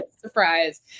surprise